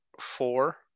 four